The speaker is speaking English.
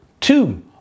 two